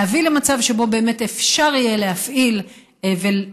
להביא למצב שבו באמת אפשר יהיה להפעיל וליישם